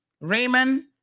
Raymond